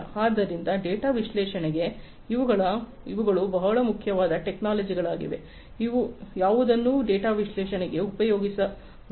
ಆದ್ದರಿಂದ ಡೇಟಾ ವಿಶ್ಲೇಷಣೆಗೆ ಇವುಗಳು ಬಹಳ ಮುಖ್ಯವಾದ ಟೆಕ್ನಾಲಜಿಗಳಾಗಿವೆ ಯಾವುದನ್ನು ಡೇಟಾ ವಿಶ್ಲೇಷಣೆಗೆ ಉಪಯೋಗಿಸಬಹುದು ಇಂಡಸ್ಟ್ರಿ4